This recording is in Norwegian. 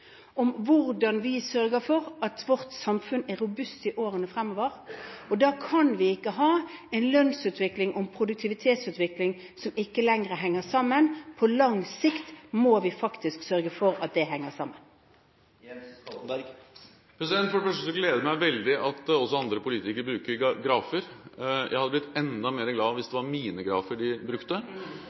om hvordan vi sørger for at vårt samfunn er robust i årene fremover. Da kan vi ikke ha en lønnsutvikling og en produktivitetsutvikling som ikke lenger henger sammen. På lang sikt må vi faktisk sørge for at det henger sammen. For det første gleder det meg veldig at også andre politikere bruker grafer. Jeg hadde blitt enda mer glad hvis det hadde vært mine grafer de brukte,